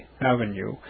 Avenue